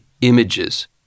images